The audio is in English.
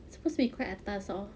supposed to be quite atas hor